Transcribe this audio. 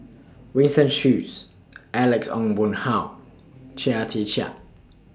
Winston Choos Alex Ong Boon Hau Chia Tee Chiak